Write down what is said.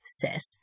says